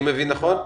אני מבין נכון?